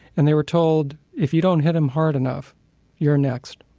and they were told, if you don't hit him hard enough you're next.